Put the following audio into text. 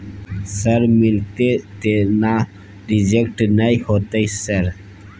Sir मिलते थे ना रिजेक्ट नय होतय सर?